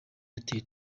airtel